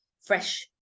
fresh